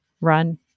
run